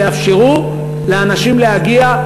שיאפשרו לאנשים להגיע.